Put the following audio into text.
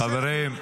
--- חברים.